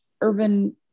urban